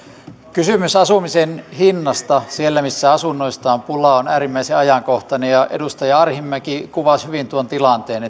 kysymys asumisen hinnasta siellä missä asunnoista on pulaa on äärimmäisen ajankohtainen ja edustaja arhinmäki kuvasi hyvin tuon tilanteen